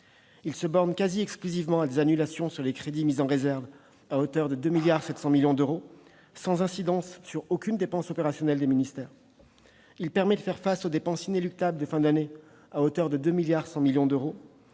se borne quasi exclusivement à des annulations sur les crédits mis en réserve, à hauteur de 2,7 milliards d'euros, sans incidence sur aucune dépense opérationnelle des ministères. Il permet de faire face aux dépenses inéluctables de fin d'année, à hauteur de 2,1 milliards d'euros.